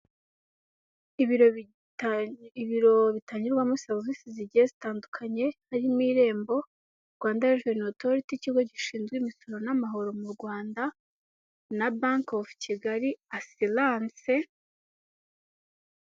Ibiro bitangirwamo serivisi zigiye zitandukanye harimo Irembo, Rwanda Revenue Authority ikigo gishinzwe imisoro n'amahoro mu Rwanda na bank of Kigali, assurance.